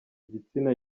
igitsina